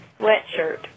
sweatshirt